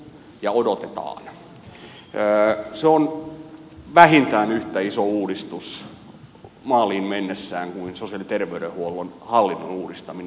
se on vähintään yhtä iso uudistus maaliin mennessään kuin sosiaali ja terveydenhuollon hallinnon uudistaminen